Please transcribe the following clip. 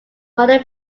modern